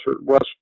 West